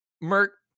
Merc